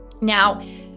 Now